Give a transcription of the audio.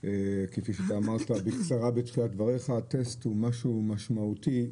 כפי שאמרת בקצרה בתחילת דבריך הטסט הוא משהו משמעותי,